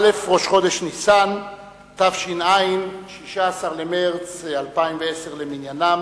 א' ראש חודש ניסן תש"ע, 16 במרס 2010 למניינם.